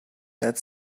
that